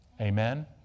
Amen